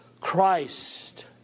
Christ